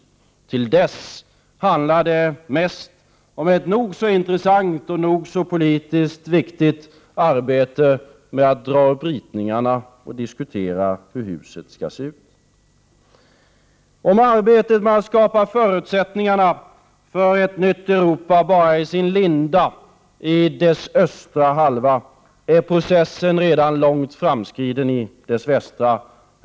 Fram till dess handlar det mest om ett nog så intressant och nog så politiskt viktigt arbete med att göra upp ritningarna och diskutera hur huset skall se ut. Även om arbetet med att skapa förutsättningarna för ett nytt Europa bara är i sin linda i östra halvan är processen redan långt framskriden i den västra halvan.